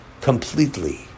completely